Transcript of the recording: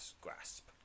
grasp